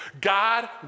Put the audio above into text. God